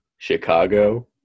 Chicago